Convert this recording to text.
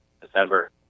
December